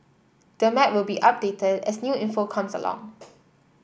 the map will be updated as new info comes along